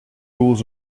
rules